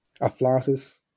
Aflatus